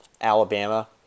Alabama